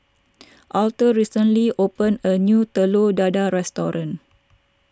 Aurthur recently opened a new Telur Dadah restaurant